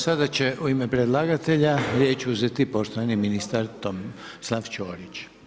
Sada će u ime predlagatelja riječ uzeti poštovani ministar Tomislav Ćorić.